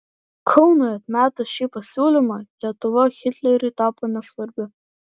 kaunui atmetus šį pasiūlymą lietuva hitleriui tapo nesvarbi